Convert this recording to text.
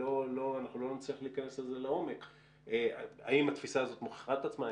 אנחנו לא נצליח להיכנס לזה לעומק האם התפיסה הזו מוכיחה את עצמה,